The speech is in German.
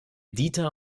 dieter